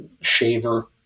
shaver